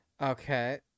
okay